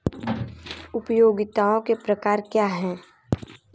उपयोगिताओं के प्रकार क्या हैं?